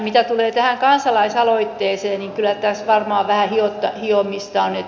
mitä tulee tähän kansalaisaloitteeseen niin kyllä tässä varmaan vähän hiomista on